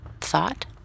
thought